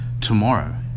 tomorrow